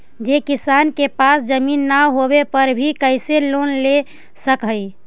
जे किसान के पास जमीन न होवे पर भी कैसे लोन ले सक हइ?